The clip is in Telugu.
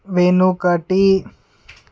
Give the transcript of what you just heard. వెనుకటి